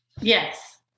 Yes